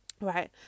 right